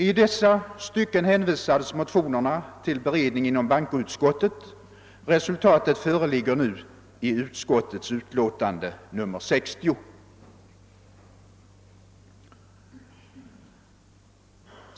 I dessa stycken hänvisades motionerna till bankoutskottet för beredning. Resultatet föreligger nu i utskottets utlåtande nr 60.